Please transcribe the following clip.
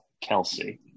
Kelsey